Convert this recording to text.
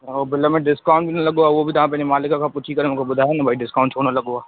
bill में discount बि न लॻो आहे उहो बि तव्हां पंहिंजे मालिक खां पुछी करे मूंखे ॿुधायो न भाई डिस्काउंट छो न लॻो आहे